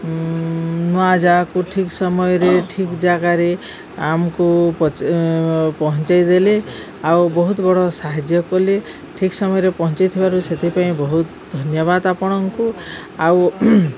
ନୂଆ ଯାଗାକୁ ଠିକ ସମୟରେ ଠିକ ଜାଗାରେ ଆମକୁ ପଚେପହଞ୍ଚେଇ ଦେଲେ ଆଉ ବହୁତ ବଡ଼ ସାହାଯ୍ୟ କଲେ ଠିକ୍ ସମୟରେ ପହଞ୍ଚେଇଥିବାରୁ ସେଥିପାଇଁ ବହୁତ ଧନ୍ୟବାଦ ଆପଣଙ୍କୁ ଆଉ